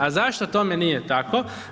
A zašto tome nije tako?